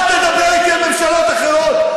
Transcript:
אל תדבר אתי על ממשלות אחרות.